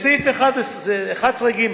בסעיף 11(ג)